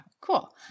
cool